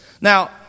Now